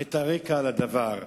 את הרקע לדבר.